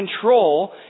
control